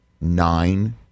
nine